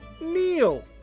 Neil